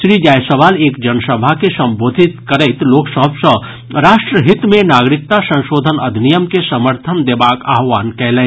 श्री जायसवाल एक जनसभा के संबोधित करैत लोकसभ सॅ राष्ट्र हित मे नागरिकता संशोधन अधिनियम के समर्थन देबाक आह्वान कयलनि